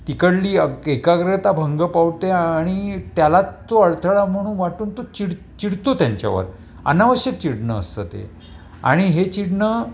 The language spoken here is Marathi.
तिकडली एकाग्रता भंग पावते आणि त्यालात तो अळथळा म्हणून वाटून तो चिड चिडतो त्यांच्यावर अनावश्यक चिडणअसतं ते आणि हे चिडण